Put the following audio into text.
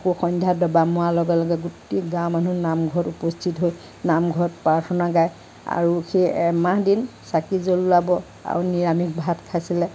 আকৌ সন্ধ্যা দবা মৰাৰ লগে লগে গোটেই গাঁৱৰ মানুহ নামঘৰত উপস্থিত হৈ নামঘৰত প্ৰাৰ্থনা গায় আৰু সেই এমাহ দিন চাকি জ্বলাব আৰু নিৰামিষ ভাত খাইছিলে